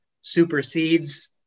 supersedes